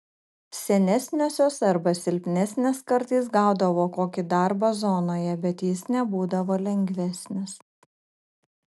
senesniosios arba silpnesnės kartais gaudavo kokį darbą zonoje bet jis nebūdavo lengvesnis